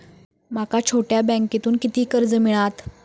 माका छोट्या बँकेतून किती कर्ज मिळात?